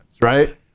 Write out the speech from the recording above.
right